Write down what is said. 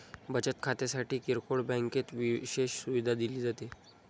बचत खात्यासाठी किरकोळ बँकेत विशेष सुविधा दिली जाते